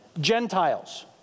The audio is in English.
Gentiles